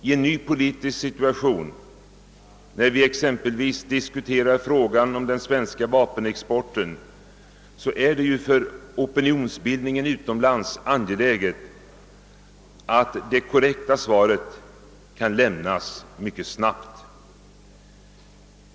I en ny politisk situation, exempelvis när vi diskuterar frågan om den svenska vapenexporten, är det för opinionsbildningen utomlands angeläget att korrekta uppgifter kan lämnas mycket snabbt.